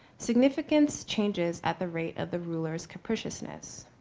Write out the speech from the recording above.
significance changes at the rate of the rulers capriciousness.